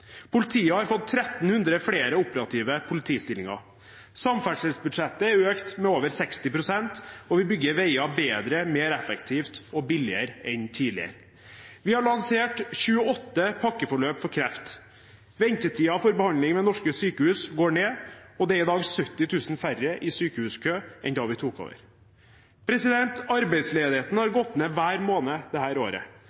Politiet har fått 1 300 flere operative politistillinger. Samferdselsbudsjettet har økt med over 60 pst., og vi bygger veier bedre, mer effektivt og billigere enn tidligere. Vi har lansert 28 pakkeforløp for kreft. Ventetiden for behandling ved norske sykehus går ned, og det er i dag 70 000 færre i sykehuskø enn da vi tok over. Arbeidsledigheten har